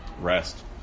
Rest